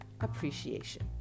appreciation